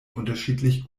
unterschiedlich